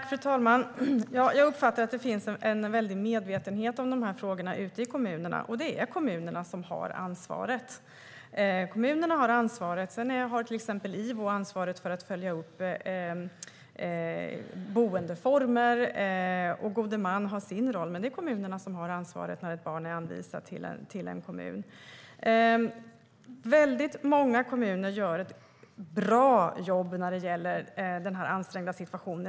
Fru talman! Jag uppfattar att det finns en medvetenhet om frågorna ute i kommunerna. Det är kommunerna som har ansvaret. Sedan har till exempel Ivo ansvaret att följa upp boendeformer, och gode mannen har sin roll. Men det är kommunerna som har ansvaret när ett barn är anvisat till en kommun. Många kommuner gör ett bra jobb i den ansträngda situationen.